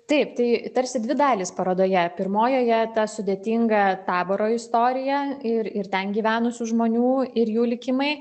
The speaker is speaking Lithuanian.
taip tai tarsi dvi dalys parodoje pirmojoje ta sudėtinga taboro istorija ir ir ten gyvenusių žmonių ir jų likimai